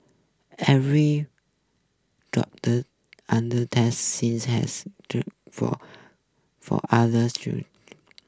every under test since has turn for for others